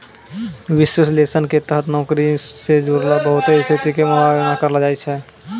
विश्लेषण के तहत नौकरी से जुड़लो बहुते स्थिति के मुआयना करलो जाय छै